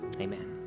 Amen